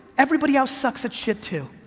everybody else sucks at shit too.